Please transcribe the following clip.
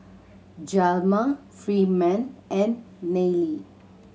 Hjalmar Freeman and Nelie